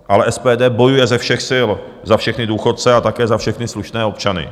Ale SPD bojuje ze všech sil za všechny důchodce a také za všechny slušné občany.